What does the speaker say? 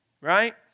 right